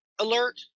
alert